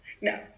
No